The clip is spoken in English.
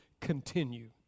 continue